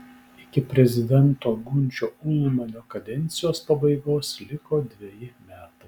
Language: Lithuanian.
iki prezidento gunčio ulmanio kadencijos pabaigos liko dveji metai